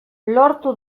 lortu